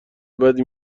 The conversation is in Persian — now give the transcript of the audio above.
بدی